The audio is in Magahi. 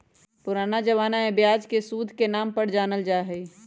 पुराना जमाना में ब्याज के सूद के नाम से जानल जा हलय